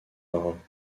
marins